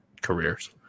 careers